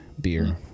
beer